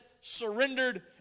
surrendered